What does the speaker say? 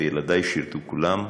וילדי שירתו כולם,